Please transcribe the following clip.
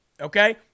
okay